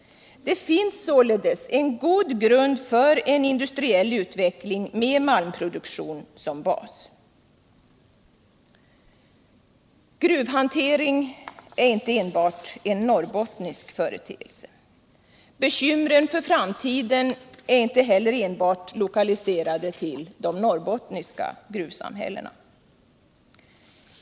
Det finns således en god grund för en industriell utveckling med malmproduktion som bas. Gruvhantering är inte enbart en norrbottnisk företeelse. Bekymren för framtiden är inte heller enbart lokaliserade till de norrbottniska gruvsamhällena.